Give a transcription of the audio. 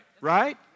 right